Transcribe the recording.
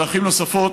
דרכים נוספות,